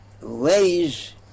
ways